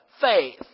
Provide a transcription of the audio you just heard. faith